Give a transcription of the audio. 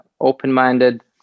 open-minded